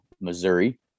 Missouri